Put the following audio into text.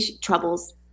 Troubles